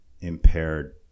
impaired